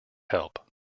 help